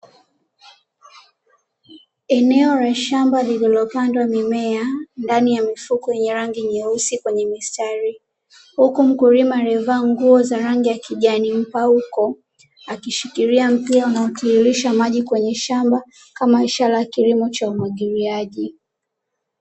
Eneo la shamba lililopandwa mimea ndani ya mfuko wenye rangi nyeusi kwenye mistari, huku mkulima aliyevaa nguo za rangi ya kijani mpauko akishikilia mpira unaotiririsha maji kwenye shamba, kama ishara ya kilimo cha umwagiliaji.